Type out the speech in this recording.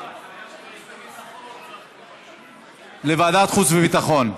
השרים לענייני ביטחון לאומי),